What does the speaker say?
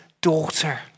Daughter